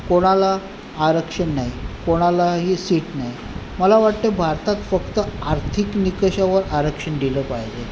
कोणाला आरक्षण नाही कोणालाही सीट नाही मला वाटतं भारतात फक्त आर्थिक निकषावर आरक्षण दिलं पाहिजे